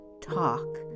Talk